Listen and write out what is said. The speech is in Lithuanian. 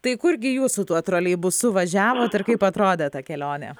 tai kurgi jūs su tuo troleibusu važiavot ir kaip atrodė ta kelionė